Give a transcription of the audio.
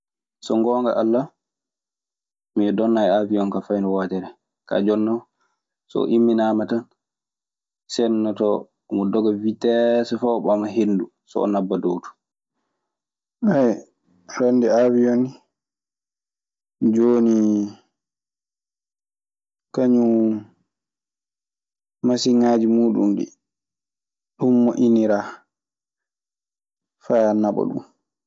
So ngoonga Alla mi donnaali aawiyon fay ndee wootere. Kaa jonnoo so oo imminaama tan, sennoto omo doga witteesu faa o ɓama henndu. So o nabba dow too. hannde aawiyon ni jooni, kañun masiŋaaji muuɗun ɗii ɗun moƴƴiniraa faa naɓa ɗun.